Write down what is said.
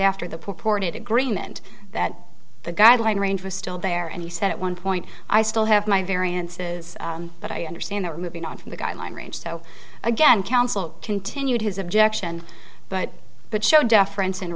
after the purported agreement that the guideline range was still there and he said at one point i still have my variances but i understand they're moving on from the guideline range so again counsel continued his objection but but show deference and